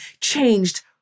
changed